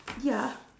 ya